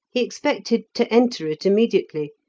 he expected to enter it immediately,